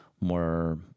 more